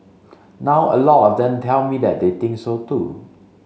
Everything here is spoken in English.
now a lot of them tell me that they think so too